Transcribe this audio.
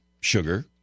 sugar